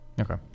Okay